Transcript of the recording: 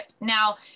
now